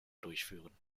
durchführen